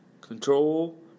control